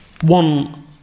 One